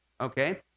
okay